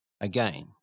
Again